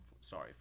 sorry